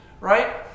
right